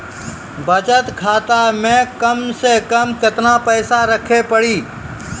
बचत खाता मे कम से कम केतना पैसा रखे पड़ी?